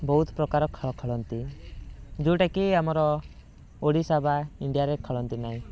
ବହୁତ ପ୍ରକାରର ଖେଳ ଖେଳନ୍ତି ଯେଉଁଟାକି ଆମର ଓଡ଼ିଶା ବା ଇଣ୍ଡିଆରେ ଖେଳନ୍ତି ନାହିଁ